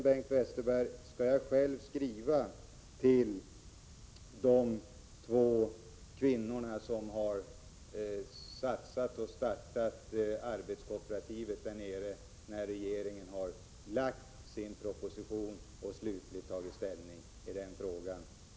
Jag skall själv, Bengt Westerberg, skriva till de två kvinnor som har satsat på och startat arbetskooperativet i Malmö, när regeringen har lagt fram sin proposition och slutligt tagit ställning i frågan.